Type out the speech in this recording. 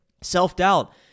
Self-doubt